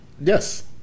Yes